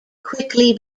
quickly